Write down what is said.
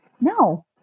No